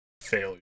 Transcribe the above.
failure